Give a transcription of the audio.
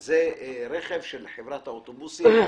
רגע,